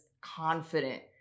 confident